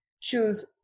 choose